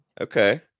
okay